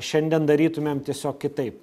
šiandien darytumėm tiesiog kitaip